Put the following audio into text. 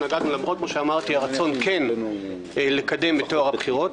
למרות שכמו שאמרתי שקיים הרצון לקדם את טוהר הבחירות?